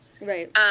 Right